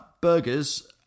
burgers